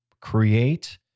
create